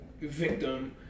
victim